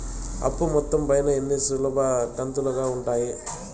అప్పు మొత్తం పైన ఎన్ని సులభ కంతులుగా ఉంటాయి?